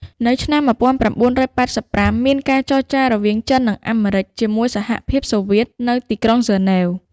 នៅឆ្នាំ១៩៨៥ មានការចរចារវាង ចិន និងអាមេរិច ជាមួយ សហភាពសូវៀត នៅទីក្រុងហ្សឺណែវ ។